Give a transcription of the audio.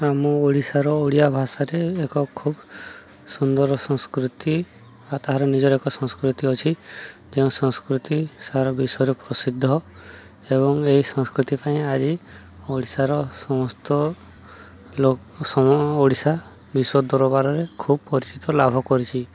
ଆମ ଓଡ଼ିଶାର ଓଡ଼ିଆ ଭାଷାରେ ଏକ ଖୁବ୍ ସୁନ୍ଦର ସଂସ୍କୃତି ଆଉ ତାହାର ନିଜର ଏକ ସଂସ୍କୃତି ଅଛି ଯେଉଁ ସଂସ୍କୃତି ସାର ବିଶ୍ୱରେ ପ୍ରସିଦ୍ଧ ଏବଂ ଏହି ସଂସ୍କୃତି ପାଇଁ ଆଜି ଓଡ଼ିଶାର ସମସ୍ତ ସମ ଓଡ଼ିଶା ବିଶ୍ୱ ଦରବାରରେ ଖୁବ୍ ପରିଚିତ ଲାଭ କରିଛି